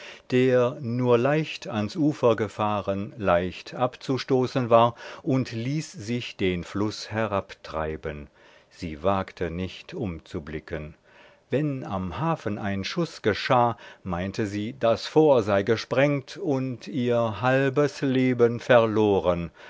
der nur leicht ans ufer gefahren leicht abzustoßen war und ließ sich den fluß herabtreiben sie wagte nicht umzublicken wenn am hafen ein schuß geschah meinte sie das fort sei gesprengt und ihr halbes leben verloren